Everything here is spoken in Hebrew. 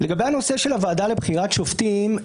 לגבי הנושא של הוועדה לבחירת שופטים,